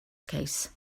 case